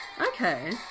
Okay